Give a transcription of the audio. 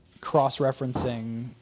Cross-referencing